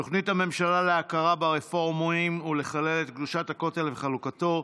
תוכנית הממשלה להכרה ברפורמים ולחלל את קדושת הכותל וחלוקתו,